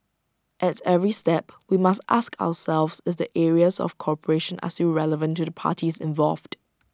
at every step we must ask ourselves if the areas of cooperation are still relevant to the parties involved